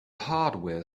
hardware